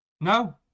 No